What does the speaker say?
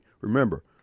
remember